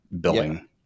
building